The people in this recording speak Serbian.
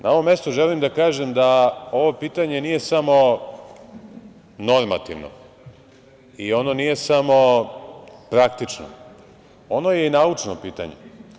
Na ovom mestu želim da kažem da ovo pitanje nije samo normativno, i ono nije samo praktično, ono je i naučno pitanje.